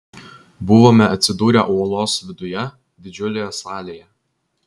buvome atsidūrę uolos viduje didžiulėje salėje